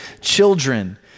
children